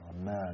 Amen